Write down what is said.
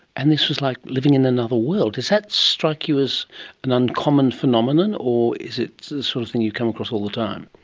and this was like living in another world. does that strike you as an uncommon phenomenon, or is it the sort of thing you come across all the time?